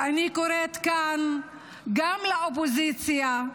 ואני קוראת כאן גם לאופוזיציה,